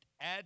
add